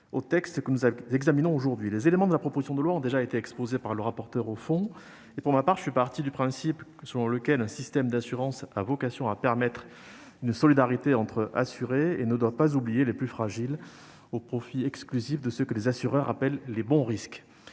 au texte que nous examinons aujourd'hui. Les éléments de la proposition de loi ont déjà été exposés par le rapporteur au fond. Pour ma part, je suis parti du principe selon lequel un système d'assurance a vocation à permettre une solidarité entre assurés et ne doit pas oublier les plus fragiles au profit exclusif de ce que les assureurs appellent les « bons risques